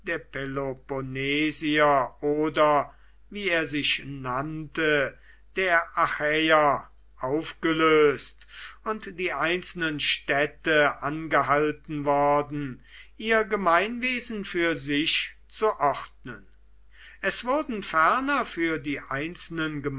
der peloponnesier oder wie er sich nannte der achäer aufgelöst und die einzelnen städte angehalten worden ihr gemeinwesen für sich zu ordnen es wurden ferner für die einzelnen